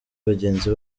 bagenzi